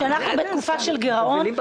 כשאנחנו בתקופה של גירעון,